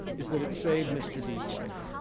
is that it saved mr. d's life.